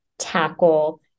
tackle